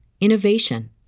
innovation